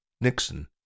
Nixon